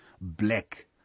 black